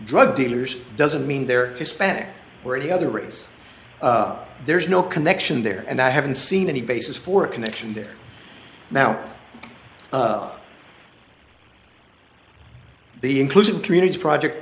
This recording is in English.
drug dealers doesn't mean they're hispanic or any other race there's no connection there and i haven't seen any basis for a connection there now the inclusion communities project